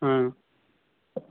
ꯑ